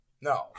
No